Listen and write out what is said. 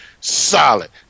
solid